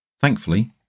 Thankfully